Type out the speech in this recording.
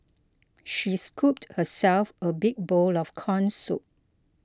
she scooped herself a big bowl of Corn Soup